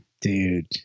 Dude